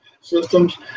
systems